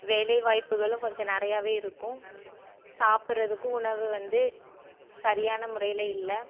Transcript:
வேலைவாய்ப்புகளும் கொஞ்சம் நிறையாவே இருக்கும் சாப்புடுறதுக்கும் உணவு வந்து சரியான முறையில் இல்லை